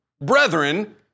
brethren